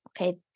okay